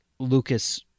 Lucas